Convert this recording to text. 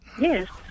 Yes